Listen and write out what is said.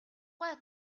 гуай